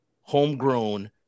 homegrown